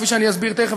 כפי שאני אסביר תכף,